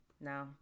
no